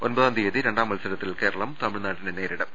ഒൻപതാം തീയതി രണ്ടാം മത്സരത്തിൽ കേരളം തമിഴ്നാടിനെ നേരിടും